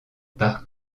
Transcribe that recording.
par